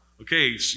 Okay